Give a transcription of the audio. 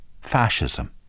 fascism